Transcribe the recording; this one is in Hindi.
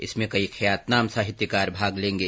इसमें कई ख्यातनाम साहित्यकार भाग लेगें